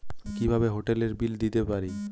কিভাবে হোটেলের বিল দিতে পারি?